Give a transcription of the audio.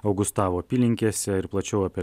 augustavo apylinkėse ir plačiau apie